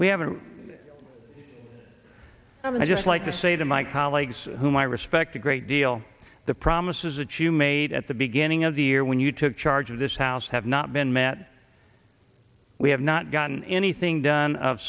we haven't i mean i just like to say to my colleagues whom i respect a great deal the promises that you made at the beginning of the year when you took charge of this house have not been met we have not gotten anything done of